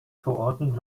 verordnung